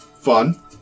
fun